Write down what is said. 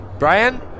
Brian